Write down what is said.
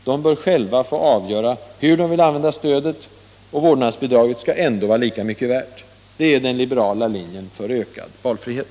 De bör själva få avgöra hur de vill använda stödet. Vårdnadsbidraget skall ändå vara lika mycket värt. Det är den liberala linjen för ökad valfrihet.